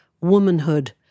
womanhood